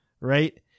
right